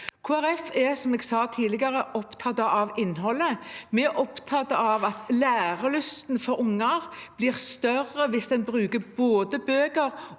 er, som jeg sa tidligere, opptatt av innholdet. Vi er opptatt av at lærelysten for unger blir større hvis en bruker både bøker